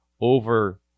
over